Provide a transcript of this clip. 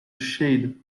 shade